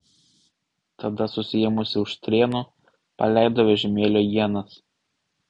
tada susiėmusi už strėnų paleido vežimėlio ienas